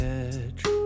edge